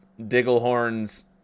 Digglehorn's